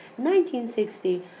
1960